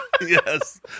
Yes